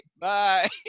bye